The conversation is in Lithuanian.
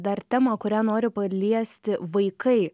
dar temą kurią noriu paliesti vaikai